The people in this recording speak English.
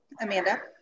Amanda